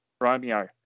Romeo